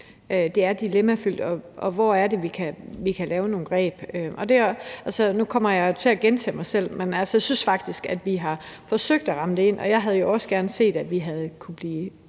Det er dilemmafyldt, og hvor er det, vi kan lave nogle greb? Nu kommer jeg til at gentage mig selv, men altså, jeg synes faktisk, at vi har forsøgt at ramme det ind. Og jeg havde jo også gerne set, at vi havde kunnet blive